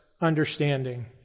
understanding